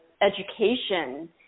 education